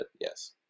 yes